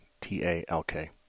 T-A-L-K